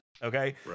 Okay